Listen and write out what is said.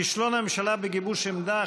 כישלון הממשלה בגיבוש עמדה,